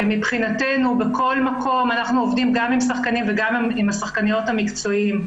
אנחנו עובדים גם עם השחקנים וגם השחקניות המקצועיים,